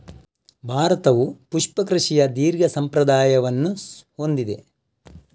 ಭಾರತವು ಪುಷ್ಪ ಕೃಷಿಯ ದೀರ್ಘ ಸಂಪ್ರದಾಯವನ್ನು ಹೊಂದಿದೆ